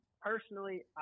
personally